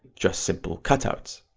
just simple cutouts.